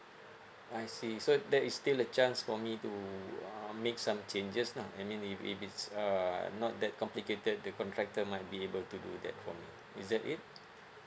I see so there is still a chance for me to uh make some changes lah I mean if if it's uh not that complicated the contractor might be able to do that for me is that it